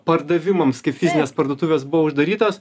pardavimams kai fizinės parduotuvės buvo uždarytos